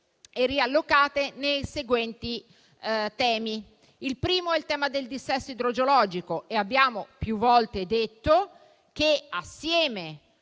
e riallocate nei seguenti temi. Il primo è quello del dissesto idrogeologico e abbiamo più volte detto che, assieme